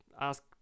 ask